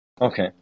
Okay